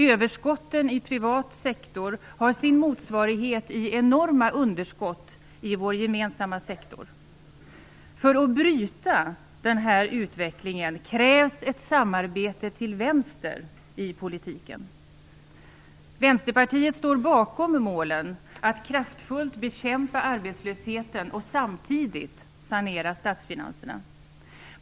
Överskotten i privat sektor har sin motsvarighet i enorma underskott i vår gemensamma sektor. För att bryta denna utveckling krävs ett samarbete till vänster i politiken. Vänsterpartiet står bakom målen att kraftfullt bekämpa arbetslösheten och samtidigt sanera statsfinanserna.